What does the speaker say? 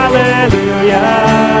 Hallelujah